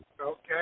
Okay